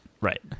Right